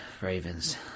Ravens